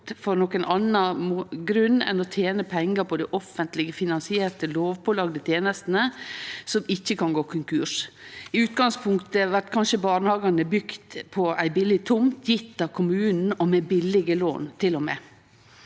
av nokon annan grunn enn å tene pengar på dei offentleg finansierte lovpålagde tenestene, som ikkje kan gå konkurs. I utgangspunktet blei kanskje barnehagen bygd på ei billig tomt gitt av kommunen, og med billige lån, til og med.